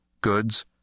goods